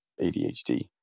ADHD